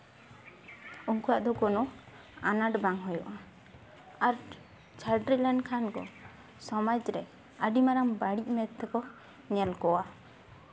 ᱩᱱᱠᱩᱣᱟᱜ ᱫᱚ ᱠᱳᱱᱳ ᱟᱱᱟᱴ ᱵᱟᱝ ᱦᱩᱭᱩᱜᱼᱟ ᱟᱨ ᱪᱷᱟᱹᱰᱣᱤ ᱞᱮᱱᱠᱷᱟᱱ ᱠᱚ ᱥᱚᱢᱟᱡᱽ ᱨᱮ ᱟᱹᱰᱤ ᱢᱟᱨᱟᱝ ᱵᱟᱹᱲᱤᱡ ᱢᱮᱸᱫ ᱛᱮᱠᱚ ᱧᱮᱞ ᱠᱚᱣᱟ